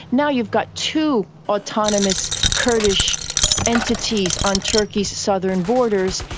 now you've got two autonomous kurdish entities on turkey's southern borders,